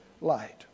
light